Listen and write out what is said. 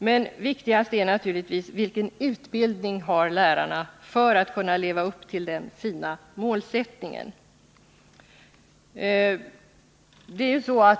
Men viktigast är naturligtvis frågan om vilken utbildning lärarna skall ha för att kunna leva upp till den fina målsättningen.